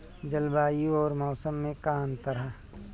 जलवायु अउर मौसम में का अंतर ह?